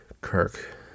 Kirk